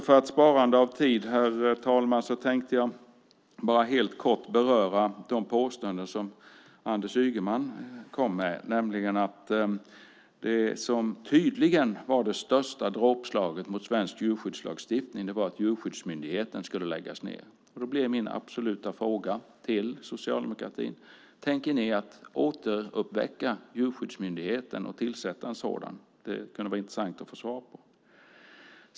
För att spara tid, herr talman, tänkte jag bara helt kort beröra de påståenden som Anders Ygeman kom med, nämligen att det som tydligen var det största dråpslaget mot svensk djurskyddslagstiftning var att Djurskyddsmyndigheten skulle läggas ned. Då blir min absoluta fråga till Socialdemokraterna: Tänker ni återuppväcka och tillsätta en djurskyddsmyndighet? Det kunde vara intressant att få svar på det.